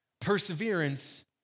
perseverance